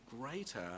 greater